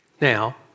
Now